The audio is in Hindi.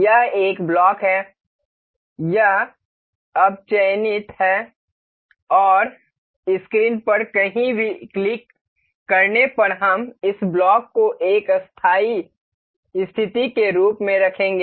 यह एक ब्लॉक है यह अब चयनित है और स्क्रीन पर कहीं भी क्लिक करने पर हम इस ब्लॉक को एक स्थायी स्थिति के रूप में रखेंगे